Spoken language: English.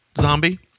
zombie